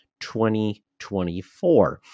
2024